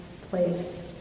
place